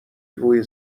روی